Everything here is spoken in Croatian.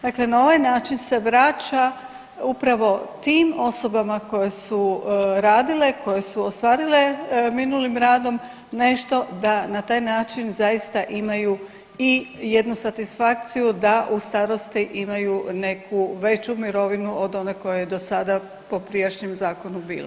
Dakle, na ovaj način se vraća upravo tim osobama koje su radile, koje su ostvarile minulim radom nešto da na taj način zaista imaju i jednu satisfakciju da u starosti imaju neku veću mirovinu od one koja je do sada po prijašnjem zakonu bila.